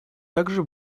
также